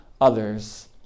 others